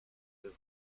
with